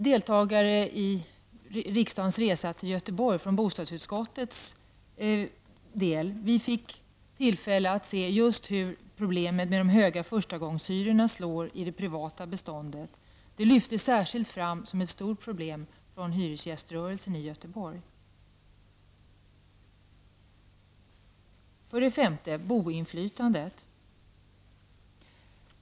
Deltagarna från bostadsutskottet i riksdagens resa till Göteborg fick tillfälle att se hur problemet med de höga förstagångshyrorna slår i det privata beståndet. Detta lyftes särskilt fram som ett stort problem av hyresgäströrelsen i Göteborg. Jag kommer för det femte till boinflytandet.